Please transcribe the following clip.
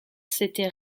s’était